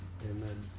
Amen